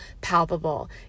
palpable